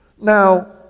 Now